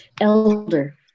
Elder